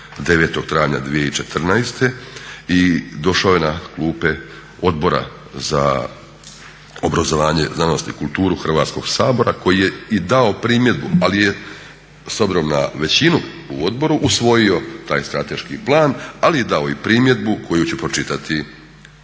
9. travnja 2014. i došao je na klupe Odbora za obrazovanje, znanost i kulturu Hrvatskog sabora koji je i dao primjedbu ali je s obzirom na većinu u odboru usvojio taj strateški plan, ali je dao i primjedbu koju ću pročitati